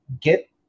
get